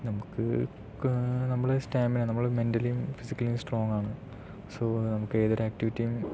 നമുക്ക് നമ്മളുടെ സ്റ്റാമിന നമ്മള് മെന്റലിയും ഫിസിക്കലിയും സ്ട്രോങ്ങാണ് സൊ നമുക്ക് ഏതൊരു ആക്ടിവിറ്റിയും